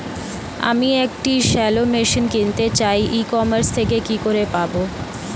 আমি একটি shallow machine কিনতে চাই ই কমার্স থেকে কি করে পাবো?